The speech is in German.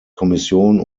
kommission